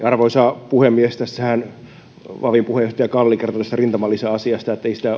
arvoisa puhemies tässähän valiokunnan puheenjohtaja kalli kertoi rintamalisäasiasta että ei sitä